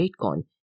bitcoin